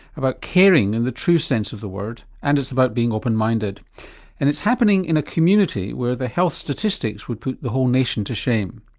about caring in and the true sense of the word, and it's about being open-minded and it's happening in a community where the health statistics would put the whole nation to shame.